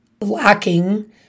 lacking